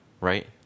right